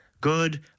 good